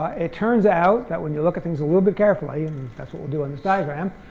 it turns out that when you look at things a little bit carefully, and that's what we'll do in this diagram,